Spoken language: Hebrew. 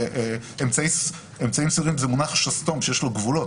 "אמצעים סבירים" זה מונח שסתום שיש לו גבולות.